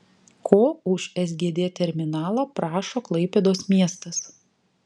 ko už sgd terminalą prašo klaipėdos miestas